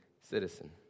citizen